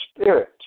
spirit